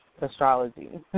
astrology